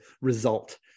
result